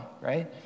right